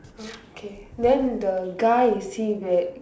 okay then the guy is he wear